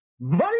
Money